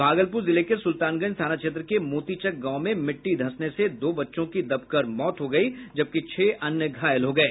भागलपूर जिले के सुल्तानगंज थाना क्षेत्र के मोतीचक गांव में मिट्टी धंसने से दो बच्चों की दबकर मौत हो गयी जबकि छह अन्य घायल हो गये